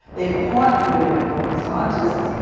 they are quite good at ignoring scientists,